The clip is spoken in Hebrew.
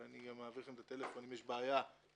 וגם אעביר לכם את הטלפון אם יש בעיה ואתם